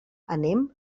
anem